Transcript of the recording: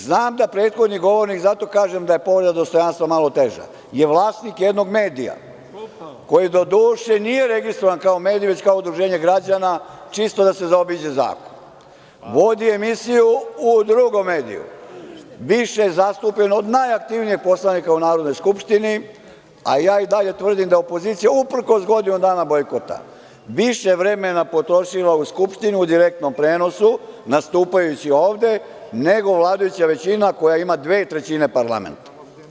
Znam da prethodni govornik, zato kažem da je povreda dostojanstva malo teža, je vlasnik jednog medija koji doduše nije registrovan kao medij već kao udruženje građana, čisto da se zaobiđe zakon, vodi emisiju u drugom mediju, više je zastupljen od najaktivnijeg poslanika u Narodnoj skupštini, a ja i dalje tvrdim da je opozicija, uprkos godinu dana bojkota više vremena potrošila u Skupštini u direktnom prenosu nastupajući ovde, nego vladajuća većina koja ima 2/3 parlamenta.